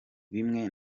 bimwe